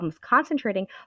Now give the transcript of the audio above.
concentrating